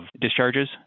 discharges